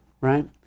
right